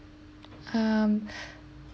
um